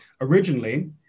originally